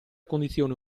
condizione